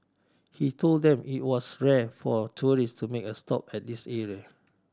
he told them it was rare for tourists to make a stop at this area